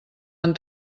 han